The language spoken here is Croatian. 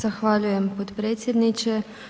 Zahvaljujem potpredsjedniče.